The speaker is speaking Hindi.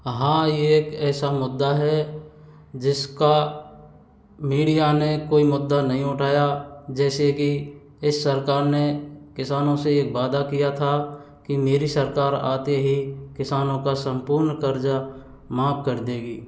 हाँ ये एक ऐसा मुद्दा है जिसका मीडिया ने कोई मुद्दा नहीं उठाया जैसे की इस सरकार ने किसानों से एक वादा किया था कि मेरी सरकार आते ही किसानों का संपूर्ण कर्जा माफ़ कर देगी